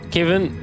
Kevin